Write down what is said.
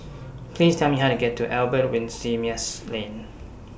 Please Tell Me How to get to Albert Winsemius Lane